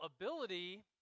ability